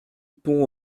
pont